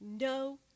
no